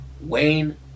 Wayne